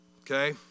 Okay